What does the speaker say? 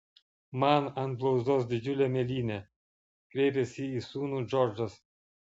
man ant blauzdos didžiulė mėlynė kreipėsi į sūnų džordžas